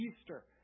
Easter